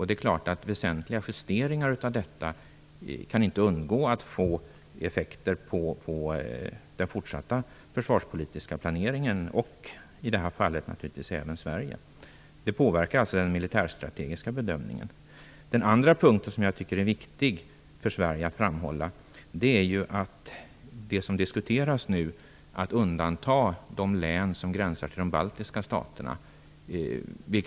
Det är klart att väsentliga justeringar av detta inte kan undgå att få effekter på den fortsatta försvarspolitiska planeringen, och i det här fallet naturligtvis även för Sverige. Det påverkar alltså den militärstrategiska bedömningen. Den andra punkten som jag tycker är viktig för Sverige att framhålla är att det som nu diskuteras är att de län som gränsar till de baltiska staterna skall undantas.